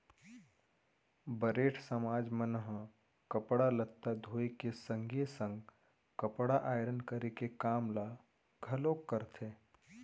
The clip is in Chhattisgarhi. बरेठ समाज मन ह कपड़ा लत्ता धोए के संगे संग कपड़ा आयरन करे के काम ल घलोक करथे